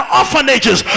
orphanages